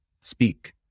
speak